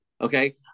okay